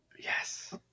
Yes